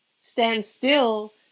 standstill